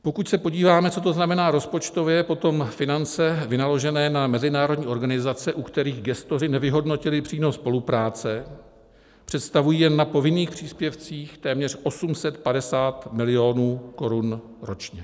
Pokud se podíváme, co to znamená rozpočtově, potom finance vynaložené na mezinárodní organizace, u kterých gestoři nevyhodnotili přínos spolupráce, představují jen na povinných příspěvcích téměř 850 mil. korun ročně.